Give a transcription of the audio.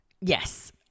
Yes